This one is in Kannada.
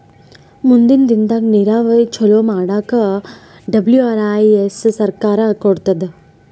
ಮುಂದಿನ್ ದಿನದಾಗ್ ನೀರಾವರಿ ಚೊಲೋ ಮಾಡಕ್ ಡಬ್ಲ್ಯೂ.ಆರ್.ಐ.ಎಸ್ ಸಹಕಾರ್ ಕೊಡ್ತದ್